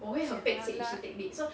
jialat